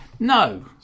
No